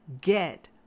get